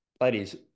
ladies